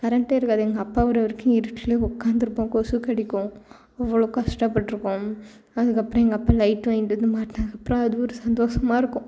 current இருக்காது எங்கள் அப்பா வர்ற வரைக்கும் இருட்டுலேயே உட்காந்துருப்போம் கொசு கடிக்கும் அவ்வளோ கஷ்டப்பட்டுருக்கோம் அதுக்கப்புறமா எங்கள் அப்பா லைட் வாங்கிட்டு வந்து மாட்டினதுக்கப்பறம் அது ஒரு சந்தோஷமா இருக்கும்